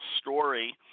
story